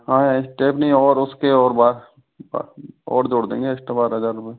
हाँ स्टेपनी और उस के और बार ब और जोड़ देंगे इस के बाद अगर